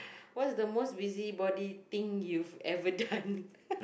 what's the most busybody thing you've ever done